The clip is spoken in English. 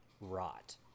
rot